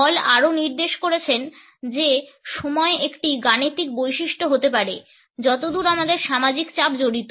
হল আরও নির্দেশ করেছে যে সময় একটি গাণিতিক বৈশিষ্ট্য হতে পারে যতদূর আমাদের সামাজিক চাপ জড়িত